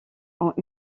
ont